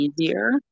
easier